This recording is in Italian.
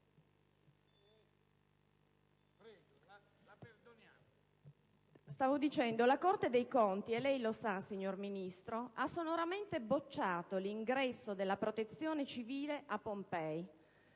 pubblici. La Corte dei conti - lei lo sa, signor Ministro - ha sonoramente bocciato l'ingresso della Protezione civile a Pompei.